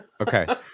Okay